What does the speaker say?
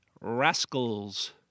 rascals